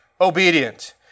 obedient